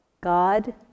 God